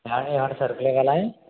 ఏమన్నా సరుకులివ్వలా